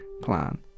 plan